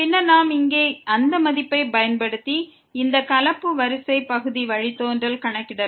பின்னர் நாம் இங்கே அந்த மதிப்பைப் பயன்படுத்தி இந்த கலப்பு வரிசை பகுதி வழித்தோன்றலை கணக்கிடலாம்